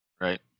right